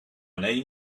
name